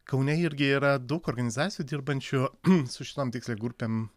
kaune irgi yra daug organizacijų dirbančių su šitom tiksliai grupėm